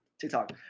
TikTok